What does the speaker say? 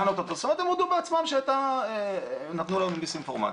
הם מודים בעצמם שהם נתנו לנו דיסאינפורמציה.